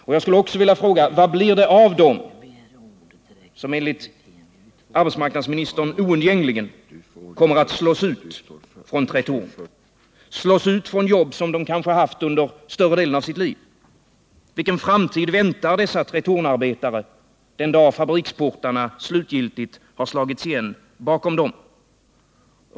Och vad blir det av dem som, enligt arbetsmarknadsministern, oundgängligen kommer att slås ut från Tretorn, slås ut från jobb som de kanske haft under större delen av sitt liv? Vilken framtid väntar dessa Tretornarbetare den dag fabriksportarna slutgiltigt har slagits igen bakom dem?